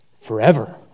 forever